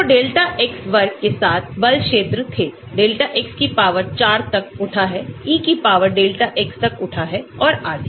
तो delta X वर्ग के साथ बल क्षेत्र थे delta X की पावर 4 तक उठा है E की पावर delta X तक उठा है और आदि